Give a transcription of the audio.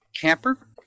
camper